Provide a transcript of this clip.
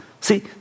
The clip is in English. See